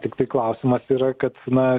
tiktai klausimas yra kad na